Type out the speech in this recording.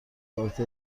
کارت